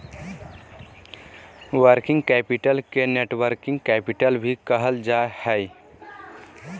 working capital के net working capital भी कहल जा हय